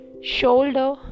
shoulder